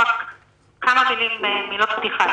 לכן לנוכח היקף התופעה,